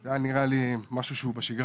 זה היה נראה לי משהו שהוא בשגרה.